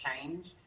change